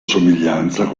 somiglianza